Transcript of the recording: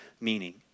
meaning